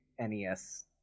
NES